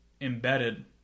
embedded